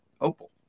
Opal